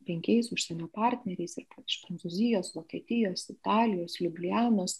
penkiais užsienio partneriais ir pavyzdžiui prancūzijos vokietijos italijos liublianos